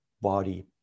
body